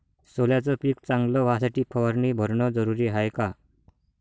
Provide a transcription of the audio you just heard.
सोल्याचं पिक चांगलं व्हासाठी फवारणी भरनं जरुरी हाये का?